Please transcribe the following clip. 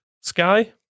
Sky